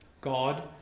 God